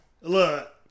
look